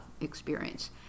experience